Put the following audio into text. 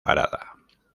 parada